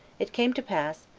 it came to pass,